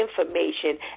information